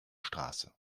straße